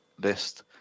list